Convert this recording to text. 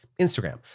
Instagram